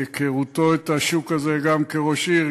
מהיכרותו את השוק הזה גם כראש עיר,